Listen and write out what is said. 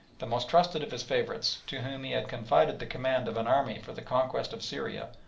the most trusted of his favourites, to whom he had confided the command of an army for the conquest of syria,